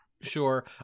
Sure